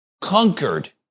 conquered